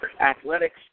athletics